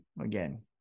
again